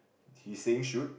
he's saying shoot